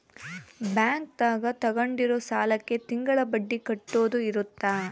bank ದಾಗ ತಗೊಂಡಿರೋ ಸಾಲಕ್ಕೆ ತಿಂಗಳ ಬಡ್ಡಿ ಕಟ್ಟೋದು ಇರುತ್ತ